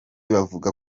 bavuga